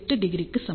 8° க்கு சமம்